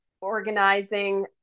organizing